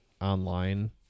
online